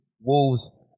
Wolves